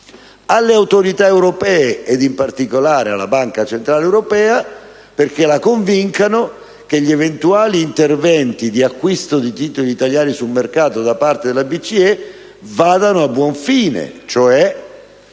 alle autorità europee, e in particolare alla Banca centrale europea, per convincerle che gli eventuali interventi di acquisto di titoli italiani sul mercato da parte della BCE andranno a buon fine, cioè